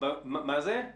שלום מהפריפריה בחיפה.